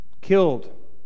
killed